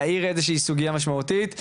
להאיר איזושהי סוגייה משמעותית,